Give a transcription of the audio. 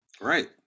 Right